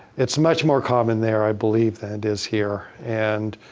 it's much more common there, i believe, than it is here. and,